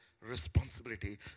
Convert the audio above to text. responsibility